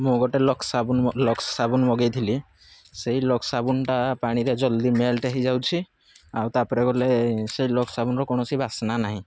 ମୁଁ ଗୋଟେ ଲକ୍ସ୍ ସାବୁନ୍ ମ ଲକ୍ସ୍ ସାବୁନ୍ ମଗେଇଥିଲି ସେହି ଲକ୍ସ୍ ସାବୁନ୍ଟା ପାଣିରେ ଜଲ୍ଦି ମେଲ୍ଟ୍ ହୋଇଯାଉଛି ଆଉ ତାପରେ ଗଲେ ସେ ଲକ୍ସ୍ ସାବୁନ୍ର କୌଣସି ବାସ୍ନା ନାହିଁ